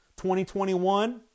2021